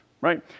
right